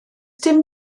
dim